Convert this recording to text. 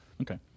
Okay